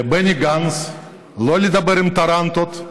לבני גנץ, לא לדבר עם טרנטות.